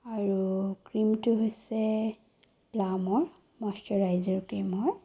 আৰু ক্ৰিমটো হৈছে প্লামৰ মইশ্বৰাইজাৰ ক্ৰিম হয়